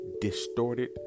distorted